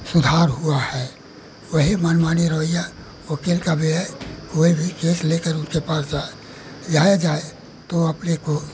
सुधार हुआ है वही मनमानी रवैया वक़ील का भी है कोई भी केस लेकर उनके पास जाए जाया जाए तो अपने को